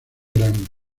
grammy